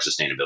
sustainability